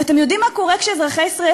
ואתם יודעים מה קורה כשאזרחי ישראל